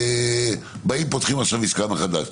ואנחנו באים ופותחים עכשיו עסקה מחדש.